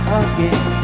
again